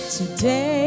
today